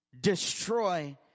destroy